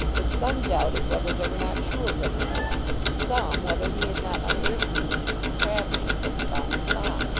that some doubted whether there were not two of them, or more some, whether he had not unearthly means of travelling from spot to spot.